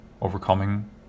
overcoming